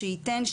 שייתן,